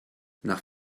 nach